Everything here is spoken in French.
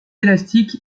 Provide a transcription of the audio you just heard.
élastique